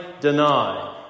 deny